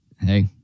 Hey